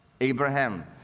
Abraham